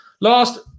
Last